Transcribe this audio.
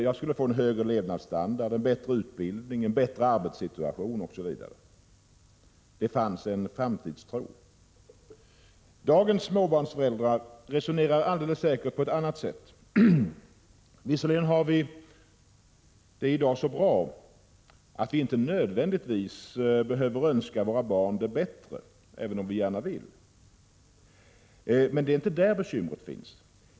Jag skulle få en högre levnadsstandard, en bättre utbildning, bättre arbetssituation, osv. Det fanns en framtidstro. Dagens småbarnsföräldrar resonerar alldeles säkert på ett annat sätt. Visserligen har vi det i dag så bra att vi inte nödvändigtvis behöver önska våra barn det bättre, även om vi gärna vill. Men det är inte där bekymret finns.